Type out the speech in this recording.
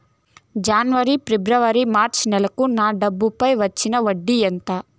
జనవరి, ఫిబ్రవరి, మార్చ్ నెలలకు నా డబ్బుపై వచ్చిన వడ్డీ ఎంత